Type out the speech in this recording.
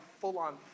full-on